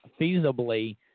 feasibly